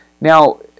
now